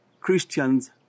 Christians